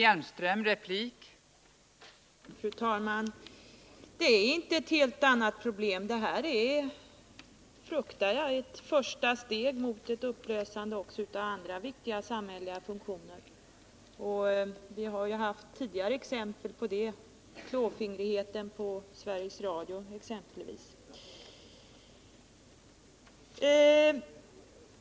Fru talman! Det är inte ett helt annat problem. Det här är, fruktar jag, ett första steg mot upplösande också av andra viktiga samhälleliga funktioner. Vi hartidigare haft exempel på det — klåfingrigheten när det gäller Sveriges Radio exempelvis.